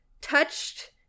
touched